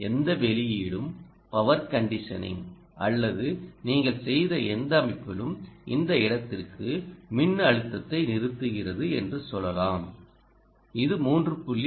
எந்த வெளியீடும் power conditioning அல்லது நீங்கள் செய்த எந்த அமைப்பிலும் இந்த இடத்திற்கு மின்னழுத்தத்தை நிறுத்துகிறது என்று சொல்லலாம் இது 3